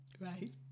Right